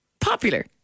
Popular